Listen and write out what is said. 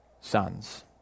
sons